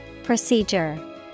Procedure